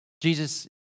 Jesus